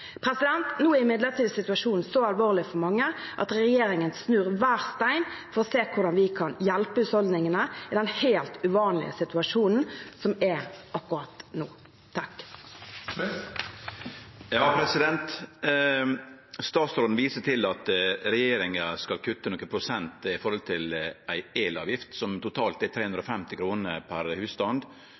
Nå er imidlertid situasjonen så alvorlig for mange at regjeringen snur hver stein for å se hvordan vi kan hjelpe husholdningene i den helt uvanlige situasjonen som er akkurat nå. Statsråden viser til at regjeringa skal kutte nokre prosent i ei elavgift som totalt er på 350 kr per husstand.